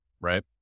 right